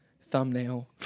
thumbnail